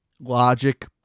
logic